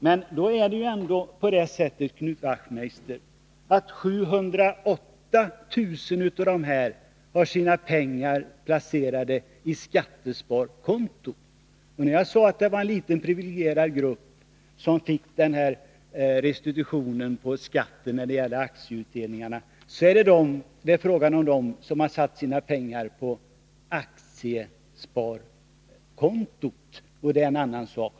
Men 708 000 av dem har sina pengar placerade på skattesparkonto. När jag sade att det var en liten privilegierad grupp som fick den här restitutionen på skatten för aktieutdelningarna är det fråga om dem som har sina pengar på aktiesparkontot.